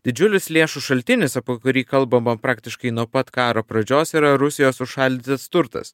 didžiulis lėšų šaltinis apie kurį kalbama praktiškai nuo pat karo pradžios yra rusijos užšaldytas turtas